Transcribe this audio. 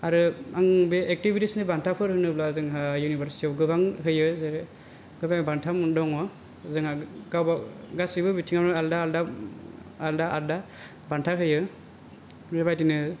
आरो आं बे एक्टिभिटिसनि बान्थाफोर होनोब्ला जोंहा इउनिभारसिटियाव गोबां होयो जेरै बान्था दङ जोंहा गासिबो बिथिंङावनो आलदा आलदा आलदा बान्था होयो बोबादिनो